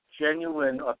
genuine